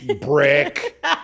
Brick